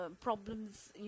problems